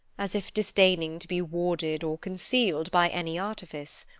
as if disdaining to be warded or concealed by any artifice.